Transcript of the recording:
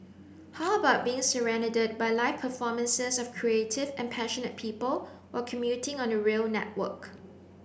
how about being serenaded by live performances of creative and passionate people while commuting on the rail network